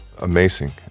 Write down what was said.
Amazing